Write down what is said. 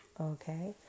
okay